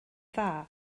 dda